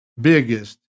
biggest